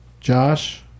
Josh